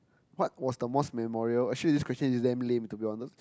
what was the most memorial actually this question is damn lame to be honest